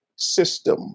System